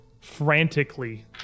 frantically